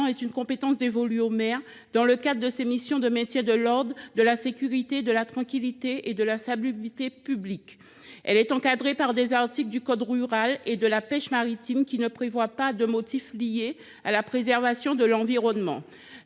est une compétence dévolue au maire dans le cadre de ses missions de maintien de l’ordre, de la sécurité, de la tranquillité et de la salubrité publics. Elle est encadrée par des articles du code rural et de la pêche maritime qui ne prévoient pas de motifs liés à la préservation de l’environnement.